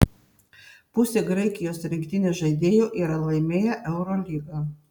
pusė graikijos rinktinės žaidėjų yra laimėję eurolygą